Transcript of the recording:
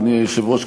אדוני היושב-ראש,